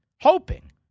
Hoping